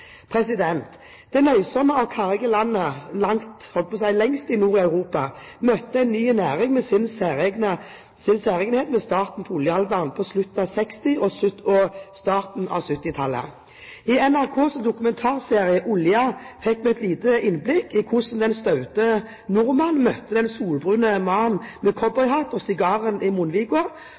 Det nøysomme og karrige landet lengst nord i Europa møtte en ny næring med sin særegenhet ved starten av oljealderen på slutten av 1960- og starten av 1970-tallet. I NRKs dokumentarserie, «Olje!», fikk vi et lite innblikk i hvordan den staute nordmannen møtte den solbrune mannen med cowboyhatt og sigar i